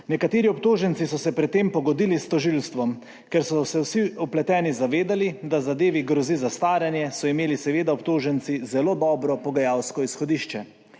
Nekateri obtoženci so se pred tem pogodili s tožilstvom. Ker so se vsi vpleteni zavedali, da zadevi grozi zastaranje, so imeli seveda obtoženci zelo dobro pogajalsko izhodišče.